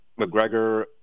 McGregor